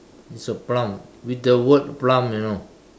it's a plum with the word plum you know